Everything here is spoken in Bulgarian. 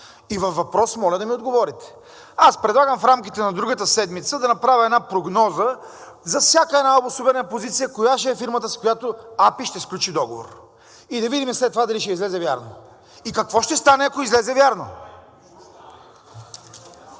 И във въпрос моля да ми отговорите. Аз предлагам в рамките на другата седмица да направя една прогноза за всяка една обособена позиция коя ще е фирмата, с която АПИ ще сключи договор. И да видим след това дали ще излезе вярно. И какво ще стане, ако излезе вярно?